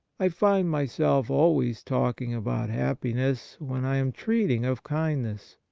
i find myself always talking about happiness when i am treating of kindness.